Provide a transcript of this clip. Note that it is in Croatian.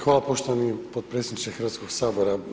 Hvala poštovani potpredsjedniče Hrvatskog sabora.